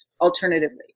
alternatively